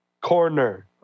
Corner